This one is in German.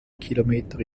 kilometer